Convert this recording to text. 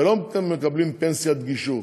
ולא מקבלים פנסיית גישור,